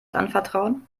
anvertrauen